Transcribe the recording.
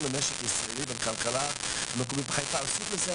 מנהלת המחלקה לאפידמיולוגיה סביבתית,